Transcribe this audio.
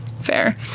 Fair